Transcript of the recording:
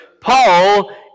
Paul